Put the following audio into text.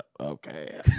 Okay